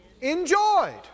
enjoyed